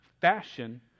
fashion